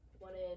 wanted